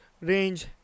range